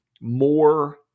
more